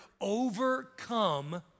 overcome